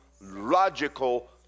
logical